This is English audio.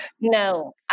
no